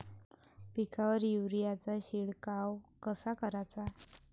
पिकावर युरीया चा शिडकाव कसा कराचा?